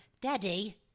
Daddy